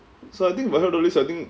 so I think if I heard all this I think